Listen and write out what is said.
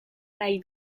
nahi